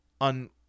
on